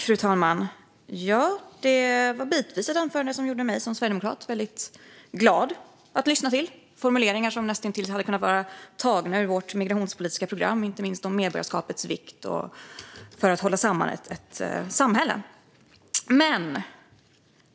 Fru talman! Bitvis gjorde det mig som sverigedemokrat väldigt glad att lyssna till detta anförande. Det fanns formuleringar som näst intill hade kunnat vara tagna ur vårt migrationspolitiska program, inte minst det som handlade om medborgarskapets vikt för att hålla samman samhället.